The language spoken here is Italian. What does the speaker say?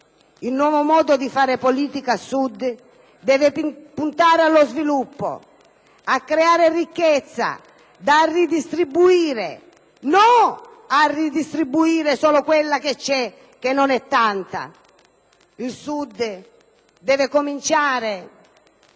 Il nuovo modo di fare politica al Sud deve puntare allo sviluppo, a creare ricchezza da ridistribuire e non a ridistribuire solo quella che c'è, che non è tanta. Il Sud deve cominciare